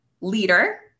leader